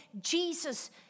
Jesus